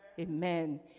Amen